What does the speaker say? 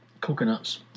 coconuts